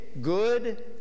good